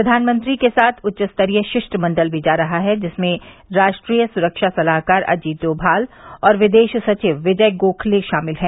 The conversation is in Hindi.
प्रधानमंत्री के साथ उच्चस्तरीय शिष्टमंडल भी जा रहा है जिसमें राष्ट्रीय सुरक्षा सलाहकार अजीत डोमाल और विदेश सचिव विजय गोखले शामिल हैं